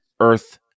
Earth